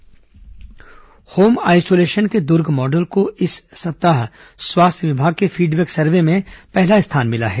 corona समाचार जागरूकता home isolation के दुर्ग मॉडल को इस सप्ताह स्वास्थ्य विभाग के फीडबैक सर्वे में पहला स्थान मिला है